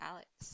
Alex